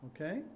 Okay